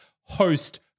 host